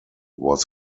was